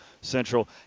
Central